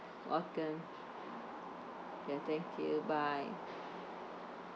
welcome K thank you bye